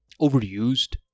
Overused